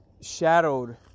shadowed